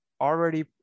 already